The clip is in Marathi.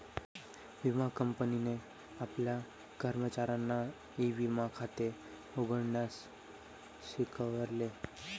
विमा कंपनीने आपल्या कर्मचाऱ्यांना ई विमा खाते उघडण्यास शिकवले